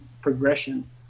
progression